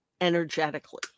energetically